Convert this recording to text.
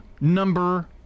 number